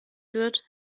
führt